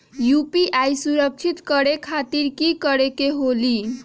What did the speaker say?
UPI सुरक्षित करे खातिर कि करे के होलि?